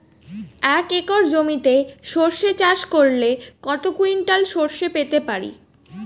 এক একর জমিতে সর্ষে চাষ করলে কত কুইন্টাল সরষে পেতে পারি?